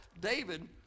David